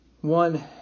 one